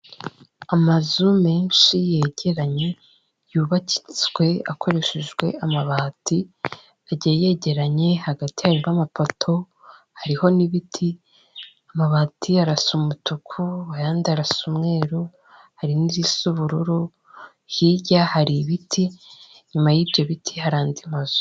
Amazu menshi yegeranye yubakitswe akoreshejwe amabati, agiye yegeranye hagati harimo amapoto hariho n'ibiti, amabati arasa umutuku ay'andi arasa umweru, hari n'irisa ubururu hirya hari ibiti, inyuma y'ibyo biti hari andi mazu.